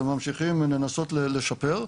וממשיכים לנסות לשפר.